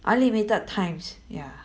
unlimited times ya